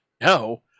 no